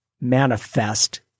manifest